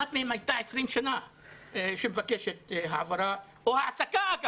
אחת מהן ביקשה 20 שנה העברה או העסקה, אגב.